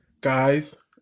guys